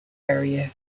area